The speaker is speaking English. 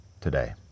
today